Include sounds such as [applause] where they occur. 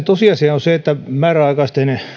[unintelligible] tosiasia on se että määräaikaisten